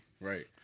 Right